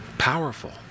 Powerful